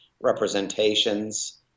representations